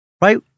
right